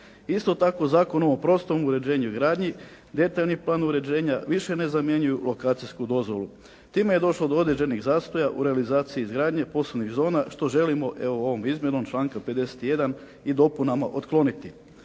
Isto tako Zakonom o prostornom uređenju i gradnji, detaljni plan uređenja više ne zamjenjuju lokacijsku dozvolu. Time je došlo do određenih zastoja u realizaciji izgradnje poslovnih zona što želimo evo ovom izmjenom članka 51. i dopunama otkloniti.